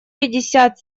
пятьдесят